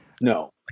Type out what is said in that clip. No